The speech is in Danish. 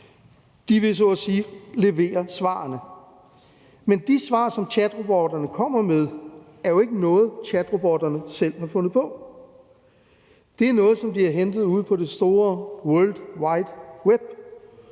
sige levere svarene, men de svar, som chatrobotterne kommer med, er jo ikke nogle, chatrobotterne selv har fundet på. Det er noget, som de har hentet ude på det store world wide web.